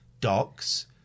docs